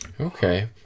Okay